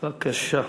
בבקשה.